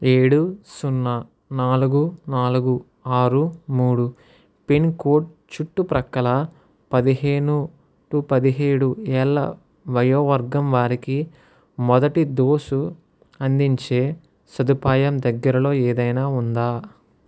ఏడు సున్నా నాలుగు నాలుగు ఆరు మూడు పిన్ కోడ్ చుట్టుప్రక్కల పదిహేను టు పదిహేడు ఏళ్ళ వయోవర్గం వారికి మొదటి దోసు అందించే సదుపాయం దగ్గరలో ఏదైన ఉందా